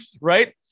right